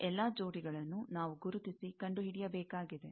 ಈ ಎಲ್ಲಾ ಜೋಡಿಗಳನ್ನು ನಾವು ಗುರುತಿಸಿ ಕಂಡಿಹಿಡಿಯಬೇಕಾಗಿದೆ